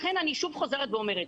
לכן אני שוב חוזרת ואומרת,